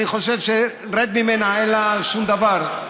אני חושב, רד ממנה, אין בה שום דבר.